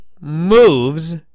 moves